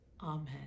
Amen